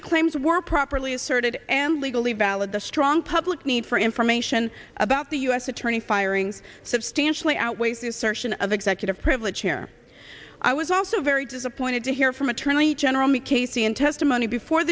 the claims were properly asserted and legally valid the strong public need for information about the u s attorney firings substantially outweighs the assertion of executive privilege here i was also very disappointed to hear from attorney general me casey in testimony before